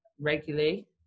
regularly